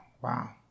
wow